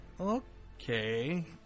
okay